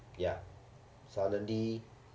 ya suddenly